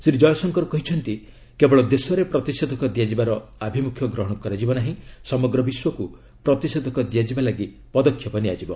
ଶ୍ରୀ ଜୟଶଙ୍କର କହିଛନ୍ତି କେବଳ ଦେଶରେ ପ୍ରତିଷେଧକ ଦିଆଯିବାର ଆଭିମ୍ରଖ୍ୟ ଗ୍ରହଣ କରାଯିବ ନାହିଁ ସମଗ୍ ବିଶ୍ୱକ୍ତ ପ୍ରତିଷେଧକ ଦିଆଯିବା ପାଇଁ ପଦକ୍ଷେପ ନିଆଯିବ